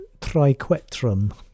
triquetrum